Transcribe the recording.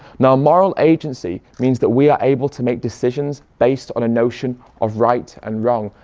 now moral agency means that we are able to make decisions based on a notion of right and wrong,